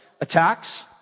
attacks